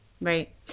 right